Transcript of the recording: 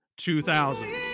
2000